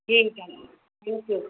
ठीकु आहे okay okay